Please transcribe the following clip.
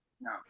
No